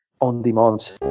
on-demand